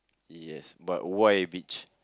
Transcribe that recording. yes but why beach